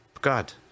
God